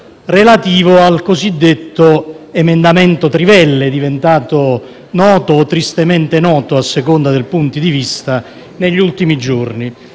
relativo al cosiddetto emendamento trivelle, diventato noto - più o meno tristemente, a seconda dei punti di vista - negli ultimi giorni.